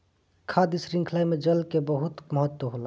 खाद्य शृंखला में जल कअ बहुत महत्व होला